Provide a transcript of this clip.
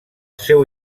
seu